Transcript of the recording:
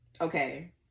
Okay